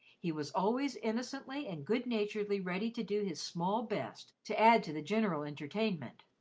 he was always innocently and good-naturedly ready to do his small best to add to the general entertainment,